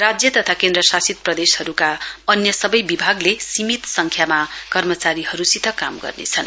राज्य तथा केन्द्रशासित प्रदेशहरुका अन्य सवै विभागले सीमित संख्यामा कर्मचारीहरुसित काम गर्नेछन्